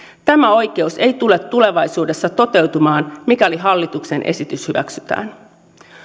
tämä oikeus ei tule tulevaisuudessa toteutumaan mikäli hallituksen esitys hyväksytään